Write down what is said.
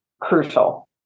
crucial